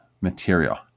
material